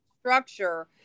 structure